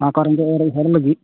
ᱚᱱᱟᱠᱚ ᱨᱮᱜᱟᱸᱡᱽ ᱦᱚᱲ ᱞᱟᱹᱜᱤᱫ